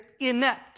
inept